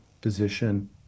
position